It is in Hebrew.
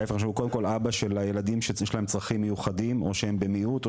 הוא קודם כל אבא של הילדים שיש להם צרכים מיוחדים או שהם במיעוט,